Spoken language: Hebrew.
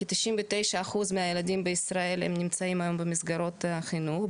כי 99% מהילדים בישראל נמצאים היום במסגרות החינוך,